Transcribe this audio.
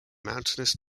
mountainous